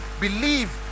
believe